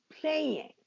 playing